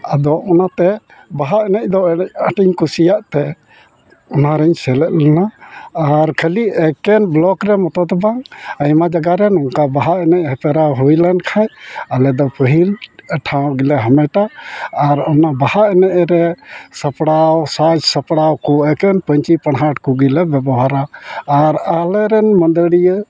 ᱟᱫᱚ ᱚᱱᱟᱛᱮ ᱵᱟᱦᱟ ᱮᱱᱮᱡ ᱫᱚ ᱟᱹᱰᱤ ᱟᱴᱤᱧ ᱠᱩᱥᱤᱭᱟᱜ ᱛᱮ ᱚᱱᱟᱨᱮᱧ ᱥᱮᱞᱮᱫ ᱞᱮᱱᱟ ᱟᱨ ᱠᱷᱟᱹᱞᱤ ᱮᱠᱮᱱ ᱨᱮ ᱢᱚᱛᱚ ᱫᱚ ᱵᱟᱝ ᱟᱭᱢᱟ ᱡᱟᱭᱜᱟ ᱨᱮ ᱱᱚᱝᱠᱟ ᱵᱟᱦᱟ ᱮᱱᱮᱡ ᱦᱮᱯᱮᱨᱟᱣ ᱦᱩᱭᱞᱮᱱ ᱠᱷᱟᱡ ᱟᱞᱮ ᱫᱚ ᱯᱟᱹᱦᱤᱞ ᱴᱷᱟᱶ ᱜᱮᱞᱮ ᱦᱟᱢᱮᱴᱟ ᱟᱨ ᱚᱱᱟ ᱵᱟᱦᱟ ᱮᱱᱮᱡᱨᱮ ᱥᱟᱯᱲᱟᱣ ᱥᱟᱡᱽᱼᱥᱟᱯᱲᱟᱣ ᱠᱚ ᱮᱠᱮᱱ ᱯᱟᱹᱧᱪᱤᱼᱯᱟᱲᱦᱟᱴ ᱠᱚᱜᱮᱞᱮ ᱵᱮᱵᱚᱦᱟᱨᱟ ᱟᱨ ᱟᱞᱮ ᱨᱮᱱ ᱢᱟᱹᱫᱟᱹᱲᱤᱭᱟᱹ